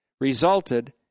resulted